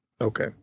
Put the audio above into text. Okay